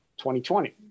2020